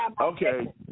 Okay